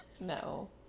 No